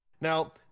Now